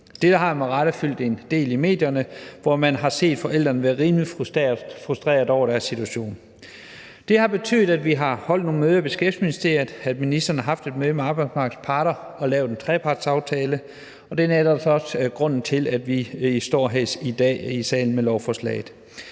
Dette har med rette fyldt en del i medierne, hvor man har set forældre være rimelig frustreret over deres situation. Det har betydet, at vi har holdt nogle møder i Beskæftigelsesministeriet, og at ministeren har haft et møde med arbejdsmarkedets parter og lavet en trepartsaftale. Og det er netop også grunden til, at vi står i dag i salen med det her lovforslag.